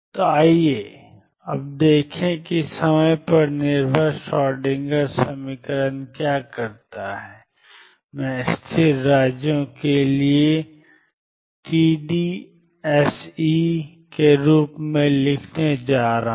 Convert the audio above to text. तो आइए अब देखें कि समय पर निर्भर श्रोएडिंगर समीकरण क्या करता है मैं स्थिर राज्यों के लिए टीडीएसई के रूप में लिखने जा रहा हूं